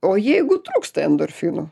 o jeigu trūksta endorfinų